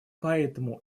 поэтому